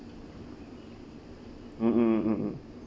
mm mm mm mm